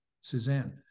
Suzanne